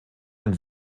und